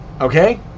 Okay